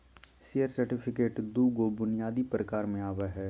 share certificate दू गो बुनियादी प्रकार में आवय हइ